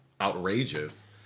outrageous